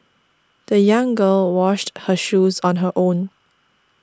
the young girl washed her shoes on her own